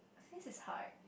this is hard